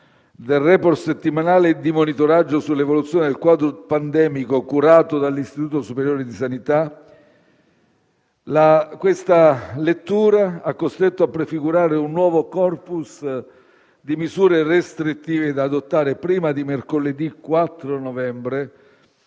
del *report* settimanale di monitoraggio sull'evoluzione del quadro pandemico curato dall'Istituto superiore di sanità hanno costretto a prefigurare un nuovo *corpus* di misure restrittive da adottare prima di mercoledì 4 novembre,